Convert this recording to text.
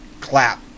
Clap